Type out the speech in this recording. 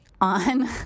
on